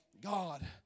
God